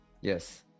Yes